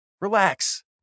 Relax